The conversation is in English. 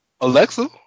Alexa